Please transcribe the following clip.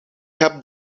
heb